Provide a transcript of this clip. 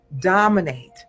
dominate